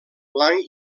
blanc